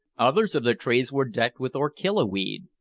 others of the trees were decked with orchilla weed.